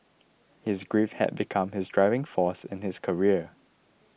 his grief had become his driving force in his career